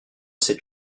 cette